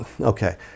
okay